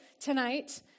tonight